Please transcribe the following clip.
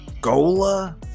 Gola